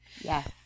Yes